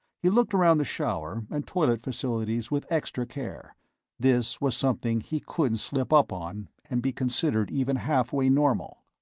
he looked around the shower and toilet facilities with extra care this was something he couldn't slip up on and be considered even halfway normal.